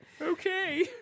Okay